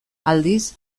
aldiz